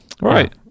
Right